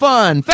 Fun